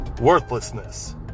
worthlessness